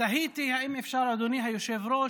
תהיתי אם אפשר, אדוני היושב-ראש,